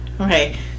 Okay